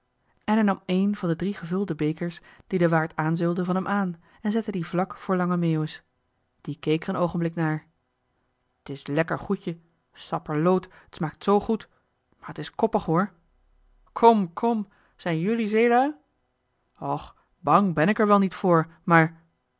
en hij nam een van de drie gevulde bekers die de waard aanzeulde van hem aan en zette dien vlak voor lange meeuwis die keek er een oogenblik naar t is lekker goedje sapperloot t smaakt zoo goed maar t is koppig hoor kom kom zijn jelui zeelui och bàng ben ik er wel niet voor maar